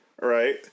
Right